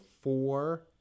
four